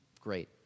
Great